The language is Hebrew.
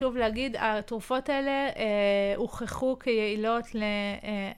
חשוב להגיד, התרופות האלה הוכחו כיעילות ל...